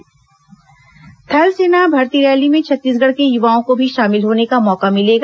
थल सेना भर्ती रैली थल सेना भर्ती रैली में छत्तीसगढ़ के युवाओं को भी शामिल होने का मौका मिलेगा